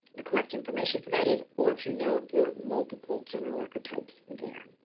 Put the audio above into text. the correct information for that is, or if you know that they're multiple general record types there.